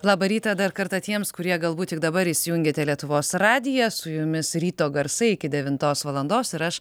labą rytą dar kartą tiems kurie galbūt tik dabar įsijungėte lietuvos radiją su jumis ryto garsai iki devintos valandos ir aš